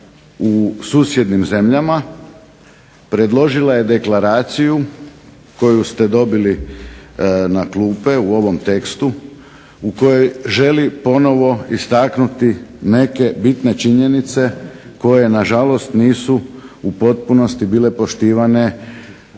u susjednim zemljama predložila je deklaraciju koju ste dobili na klupe u ovom tekstu u kojoj želi ponovno istaknuti neke bitne činjenice koje nažalost nisu u potpunosti bile poštivane